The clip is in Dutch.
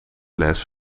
les